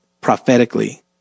prophetically